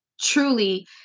truly